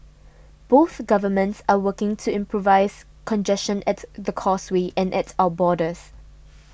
both governments are working to improve congestion at the Causeway and at our borders